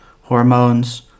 hormones